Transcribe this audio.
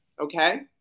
okay